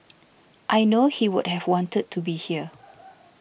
I know he would have wanted to be here